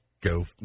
go